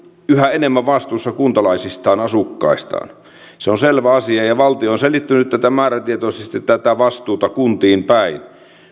yhä enemmän vastuussa kuntalaisistaan asukkaistaan se on selvä asia ja valtio on selittänyt määrätietoisesti tätä vastuuta kuntiin päin